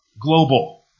global